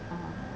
(uh huh)